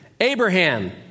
Abraham